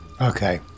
Okay